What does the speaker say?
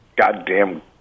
goddamn